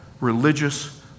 religious